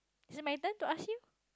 is it my turn to ask you